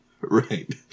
Right